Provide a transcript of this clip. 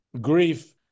grief